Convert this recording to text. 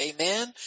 Amen